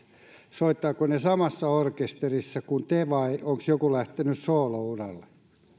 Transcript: soittavatko he samassa orkesterissa kuin te vai onko joku lähtenyt soolouralle